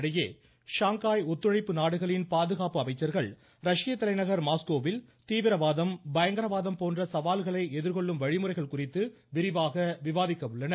இதனிடையே ஷாங்காய் ஒத்துழைப்பு நாடுகளின் பாதுகாப்பு அமைச்சர்கள் ரஷ்ய தலைநகர் மாஸ்கோவில் தீவிரவாதம் பயங்கரவாதம் போன்ற சவால்களை எதிர்கொள்ளும் வழிமுறைகள் குறித்து விரிவாக விவாதிக்க உள்ளனர்